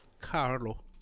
carlo